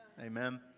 Amen